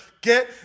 get